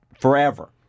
forever